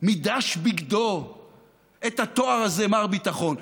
מדש בגדו את התואר הזה, "מר ביטחון".